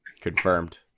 Confirmed